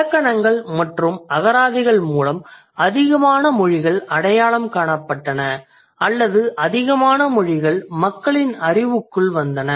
இலக்கணங்கள் மற்றும் அகராதிகள் மூலம் அதிகமான மொழிகள் அடையாளம் காணப்பட்டன அல்லது அதிகமான மொழிகள் மக்களின் அறிவுக்குள் வந்தன